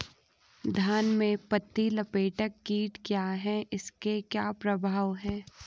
धान में पत्ती लपेटक कीट क्या है इसके क्या प्रभाव हैं?